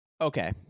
Okay